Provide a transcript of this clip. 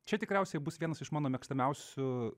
čia tikriausiai bus vienas iš mano mėgstamiausių